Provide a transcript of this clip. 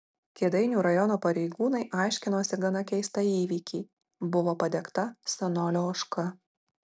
kėdainių rajono pareigūnai aiškinosi gana keistą įvykį buvo padegta senolio ožka